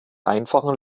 einfachen